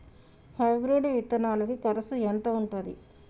Hybrid విత్తనాలకి కరుసు ఎంత ఉంటది?